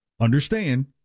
Understand